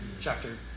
chapter